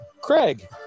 Craig